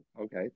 Okay